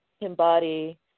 embody